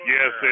Yes